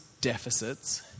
deficits